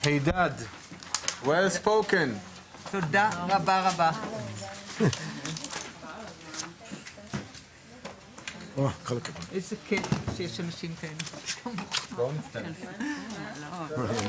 הישיבה ננעלה בשעה 10:55.